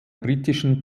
britischen